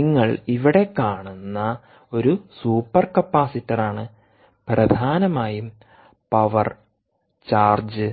നിങ്ങൾ ഇവിടെ കാണുന്ന ഒരു സൂപ്പർ കപ്പാസിറ്ററാണ് പ്രധാനമായും പവർ ചാർജ്